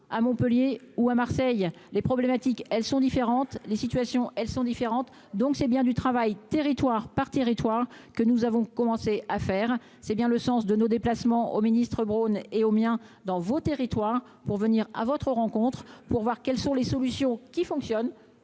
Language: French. à Montpellier ou à Marseille, les problématiques, elles sont différentes, les situations, elles sont différentes, donc c'est bien du travail, territoire par territoire que nous avons commencé à faire, c'est bien le sens de nos déplacements au Ministre Brown et au miens dans vos territoires pour venir à votre rencontre pour voir quelles sont les solutions qui fonctionne